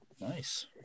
Nice